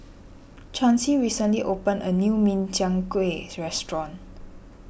Chancy recently opened a new Min Chiang Kueh restaurant